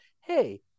hey